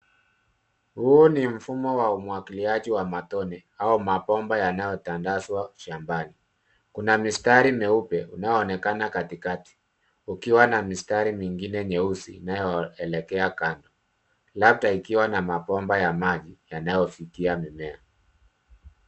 Huu ni mfumo wa umwagiliaji wa matone au mabomba yanayotandazwa shambani. Kuna mstari mweupe inayoonekana katikati ikiwa na mistari mingine myeusi inayoelekea kando labda ikiwa na mabomba ya maji yanayofikia mimea.